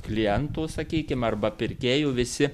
klientų sakykim arba pirkėjų visi